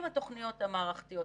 עם התוכניות המערכתיות.